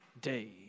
day